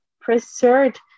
preserved